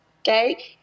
Okay